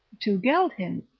to geld him,